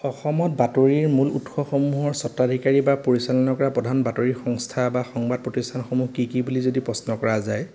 অসমত বাতৰিৰ মূল উৎসসমূহৰ স্বত্বাধিকাৰী বা পৰিচালনা কৰা প্ৰধান বাতৰি সংস্থা বা সংবাদ প্ৰতিষ্ঠানসমূহ কি কি বুলি যদি প্ৰশ্ন কৰা যায়